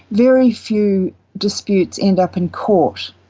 very few disputes end up in court.